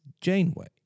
Janeway